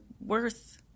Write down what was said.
worth